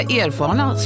erfarna